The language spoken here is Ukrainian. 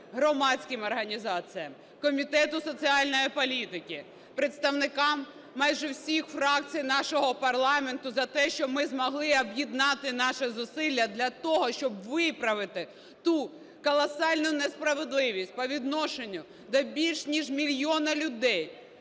громадським організаціям, Комітету соціальної політики, представникам майже всіх фракцій нашого парламенту за те, що ми змогли об'єднати наші зусилля для того, щоб виправити ту колосальну несправедливість по відношенню до більш ніж мільйона людей,